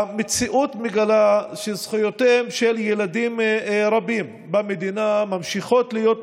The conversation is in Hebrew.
המציאות מגלה שזכויותיהם של ילדים רבים במדינה ממשיכות להיות מופרות,